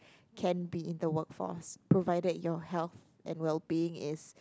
can be in the workforce provided your health and well being is